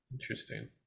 interesting